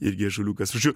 irgi ąžuoliukas žodžiu